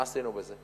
מה עשינו בזה?